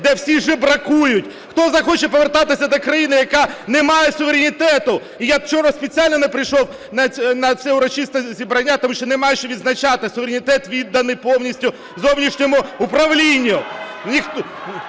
де всі жебракують? Хто захоче повертатися до країни, яка не має суверенітету? І я вчора спеціально не прийшов на це урочисте зібрання, тому що немає що відзначати, суверенітет відданий повністю зовнішньому управлінню.